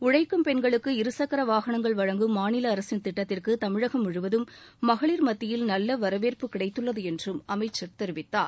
உழழக்கும் பென்களுக்கு இருசக்கரவாகனங்கள் வழங்கும் மாநிலஅரசின் திட்டத்திற்குதமிழகம் முழுவதும் மகளிர் மத்தியில் நல்லவரவேற்பு கிடைத்துள்ளதுஎன்றும் அமைச்சர் தெரிவித்தார்